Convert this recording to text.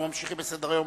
אנחנו ממשיכים בסדר-היום.